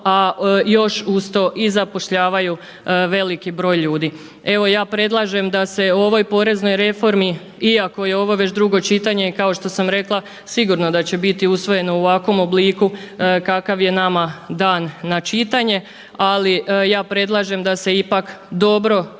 a još uz to i zapošljavaju veliki broj ljudi. Evo ja predlažem da se ovoj poreznoj reformi iako je ovo već drugo čitanje kao što sam rekla sigurno da će biti usvojeno u ovakvom obliku kakav je nama dan na čitanje, ali ja predlažem da se ipak dobro